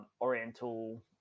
Oriental